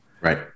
Right